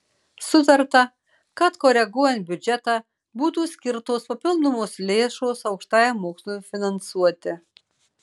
sutarta kad koreguojant biudžetą būtų skirtos papildomos lėšos aukštajam mokslui finansuoti